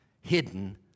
hidden